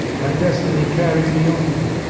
my destiny carries me on,